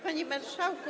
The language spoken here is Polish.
Panie Marszałku!